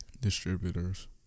distributors